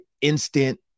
instant